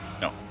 No